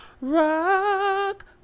rock